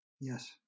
yes